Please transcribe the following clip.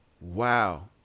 Wow